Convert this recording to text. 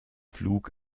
flug